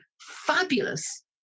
fabulous